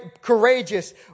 courageous